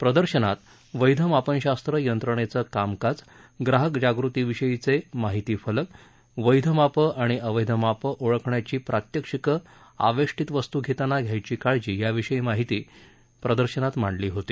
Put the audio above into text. प्रदर्शनात वैध मापनशास्त्र यंत्रणेचं कामकाज ग्राहक जागृतीविषयीचे माहिती फलक वैध मापं आणि अवैध मापं ओळखण्याची प्रात्यक्षिकं आवेष्टीत वस्तू घेताना घ्यायची काळजी याविषयीची माहिती या प्रदर्शनात मांडली होती